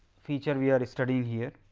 features we are study here.